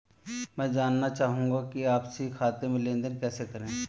मैं जानना चाहूँगा कि आपसी खाते में लेनदेन कैसे करें?